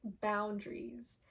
boundaries